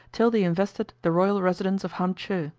till they invested the royal residence of hamcheu,